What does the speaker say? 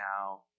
now